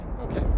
Okay